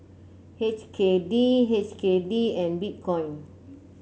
H K D H K D and Bitcoin